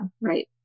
right